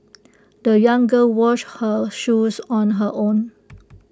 the young girl washed her shoes on her own